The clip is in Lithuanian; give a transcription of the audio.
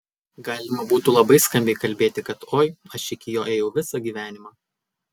galima būtų labai skambiai kalbėti kad oi aš iki jo ėjau visą gyvenimą